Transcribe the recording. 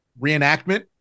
reenactment